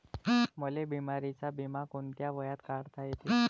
मले बिमारीचा बिमा कोंत्या वयात काढता येते?